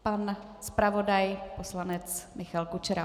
Pan zpravodaj poslanec Michal Kučera.